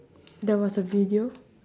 there was a video